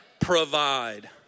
provide